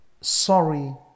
sorry